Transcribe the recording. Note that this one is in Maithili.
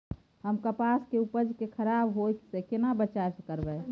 हम कपास के उपज के खराब होय से केना बचाव करबै?